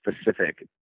specific